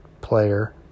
player